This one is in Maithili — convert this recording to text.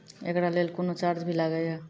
एकरा लेल कुनो चार्ज भी लागैये?